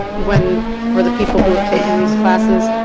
when for the people who have taken these classes.